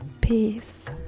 peace